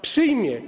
Przyjmie.